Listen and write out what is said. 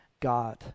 God